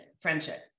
friendship